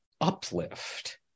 uplift